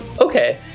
okay